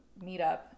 meetup